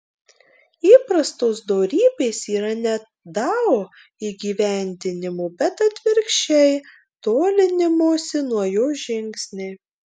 įprastos dorybės yra ne dao įgyvendinimo bet atvirkščiai tolinimosi nuo jo žingsniai